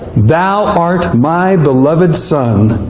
thou art my beloved son,